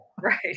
Right